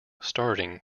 starting